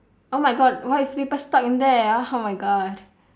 oh my god what if people stuck in there ah oh my god